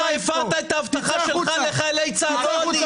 אתה הפרת את ההבטחה שלך לחיילי צה"ל, לא אני.